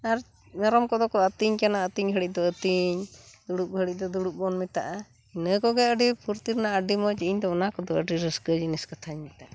ᱟᱨ ᱢᱮᱨᱚᱢ ᱠᱚᱫᱚᱠᱚ ᱟᱹᱛᱤᱧ ᱠᱟᱱᱟ ᱟᱹᱛᱤᱧ ᱜᱷᱟᱹᱲᱤᱡ ᱫᱚ ᱟᱹᱛᱤᱧ ᱫᱩᱲᱩᱵ ᱜᱷᱟᱹᱲᱤᱡ ᱫᱚ ᱫᱩᱲᱩᱵ ᱵᱚᱱ ᱢᱮᱛᱟᱜᱼᱟ ᱤᱱᱟᱹ ᱠᱚᱜᱮ ᱟᱹᱰᱤ ᱯᱷᱩᱨᱛᱤ ᱨᱮᱱᱟᱜ ᱟᱹᱰᱤ ᱢᱚᱡᱽ ᱤᱧ ᱫᱚ ᱚᱱᱟ ᱠᱚᱫᱚ ᱟᱹᱰᱤ ᱨᱟᱹᱥᱠᱟᱹ ᱡᱤᱱᱤᱥ ᱠᱟᱛᱷᱟᱧ ᱢᱮᱛᱟᱜᱼᱟ